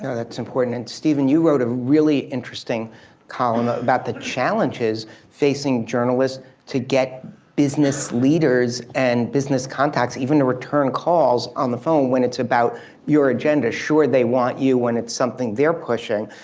that's important and stephen, you wrote a really interesting column about the challenge facing journalists to get business leaders and business contacts even the return calls on the phone when it's about your agenda. sure they want you when it's something they're pushing,